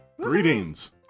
greetings